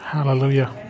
Hallelujah